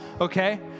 Okay